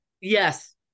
Yes